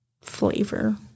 flavor